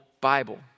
Bible